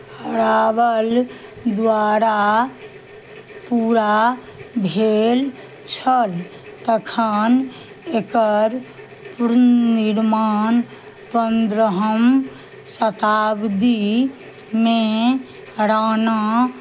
हराबल द्वारा पूरा भेल छल तखन एकर पूर्णनिर्माण पन्द्रहम शताब्दीमे राणा